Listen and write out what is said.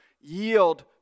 yield